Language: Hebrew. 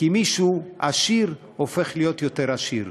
כי מישהו עשיר הופך להיות יותר עשיר.